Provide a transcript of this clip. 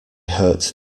hurt